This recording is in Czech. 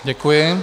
Děkuji.